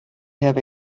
have